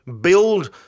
build